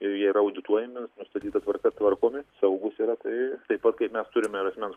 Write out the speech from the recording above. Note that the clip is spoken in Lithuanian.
ir jie yra audituojami nustatyta tvarka tvarkomi saugūs yra tai taip pat kaip mes turime ir asmens